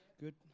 Good